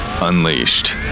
Unleashed